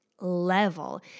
level